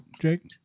Jake